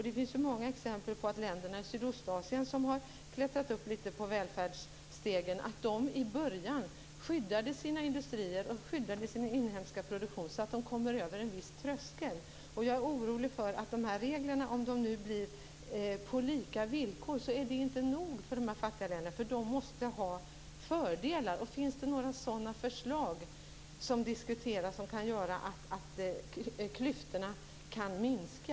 Det finns ju många exempel på att de länder i Sydostasien som har klättrat upp litet på välfärdsstegen i början skyddade sina industrier och sin inhemska produktion så att de kom över en viss tröskel. Jag är orolig för att de här reglerna, om de nu blir på lika villkor, inte räcker för de här fattiga länderna. De måste ha fördelar. Diskuteras det några förslag som kan göra att klyftorna kan minska?